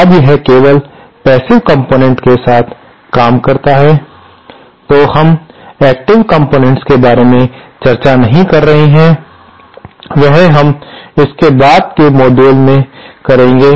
अब यह केवल पैसिव कंपोनेंट्स के साथ काम करता है तो हम एक्टिव कंपोनेंट्स के बारे में चर्चा नहीं कर रहे हैं वह हम इसके बाद के मॉडल में करेंगे